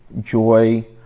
joy